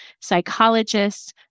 psychologists